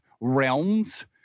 realms